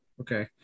Okay